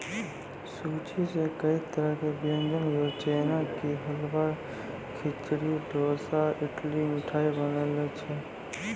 सूजी सॅ कई तरह के व्यंजन जेना कि हलवा, खिचड़ी, डोसा, इडली, मिठाई बनै छै